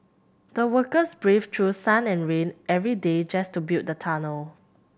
the workers braved through sun and rain every day just to build the tunnel